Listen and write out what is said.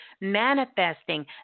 manifesting